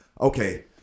okay